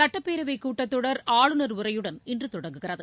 சட்டப்பேரவை கூட்டத்தொடர் ஆளுநர் உரையுடன் இன்று தொடங்குகிறது